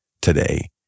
today